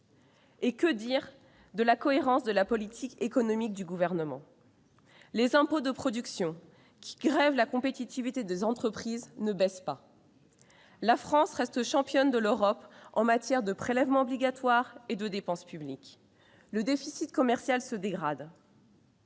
Et que dire de la cohérence de la politique économique du Gouvernement ? Les impôts de production, qui grèvent la compétitivité des entreprises, ne baissent pas. La France reste championne d'Europe en matière de prélèvements obligatoires et de dépenses publiques. Le déficit commercial se dégrade.